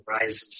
rises